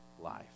life